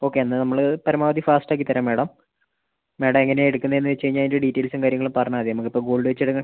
okay എന്നാൽ നമ്മൾ പരമാവധി ഫാസ്റ്റ് ആക്കിത്തരാം മേഡം മേഡം എങ്ങനെയാണ് എടുക്കുന്നതെന്ന് വെച്ച് കഴിഞ്ഞാൽ അതിന്റെ ഡീറ്റെയിൽസും കാര്യങ്ങളും പറഞ്ഞാൽ മതി നമുക്ക് ഇപ്പം ഗോൾഡ് വെച്ച് എടുക്കാം